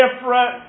different